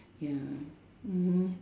ya mmhmm